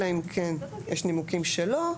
אלא אם כן יש נימוקים שלא,